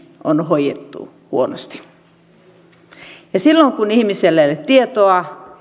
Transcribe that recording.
on hoidettu huonosti ja silloin kun ihmisellä ei ole tietoa